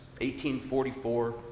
1844